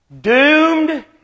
Doomed